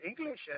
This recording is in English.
English